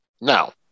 Now